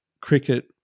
cricket